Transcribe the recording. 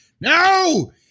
No